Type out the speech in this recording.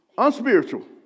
unspiritual